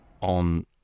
on